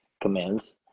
commands